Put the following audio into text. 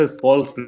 false